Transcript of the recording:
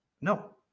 no